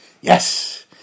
Yes